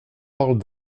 parlent